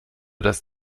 dass